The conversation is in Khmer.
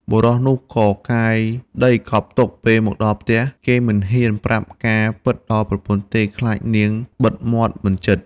បុរសនោះក៏កាយដីកប់ទុក ពេលមកដល់ផ្ទះ គេមិនហ៊ានប្រាប់ការណ៍ពិតដល់ប្រពន្ធទេ ខ្លាចនាងបិទមាត់មិនជិត ។